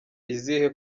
izihe